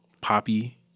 poppy